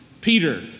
Peter